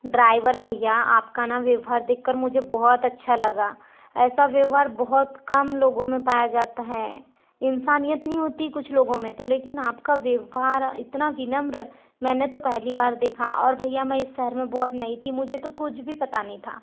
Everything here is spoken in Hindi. ड्राइवर भैया आपका नाम व्यवहार देखकर मुझे बहुत अच्छा लगा ऐसा व्यवहार बहुत कम लोगों में पाया जाता है इंसानियत नहीं होती कुछ लोगों में तो लेकिन आपका व्यवहार इतना विनम्र मैंने तो पहली बार देखा और भैया मैं इस शहर में बहुत नई थी मुझे तो कुछ भी पता नहीं था